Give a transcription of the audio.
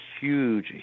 huge